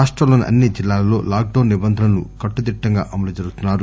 రాష్టంలోని అన్ని జిల్లాలలో లాక్ డౌన్ నిబంధనలు కట్టుదిట్టంగా అమలు జరుగుతున్నాయి